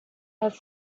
have